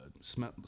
smell